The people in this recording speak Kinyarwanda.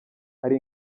hari